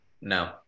No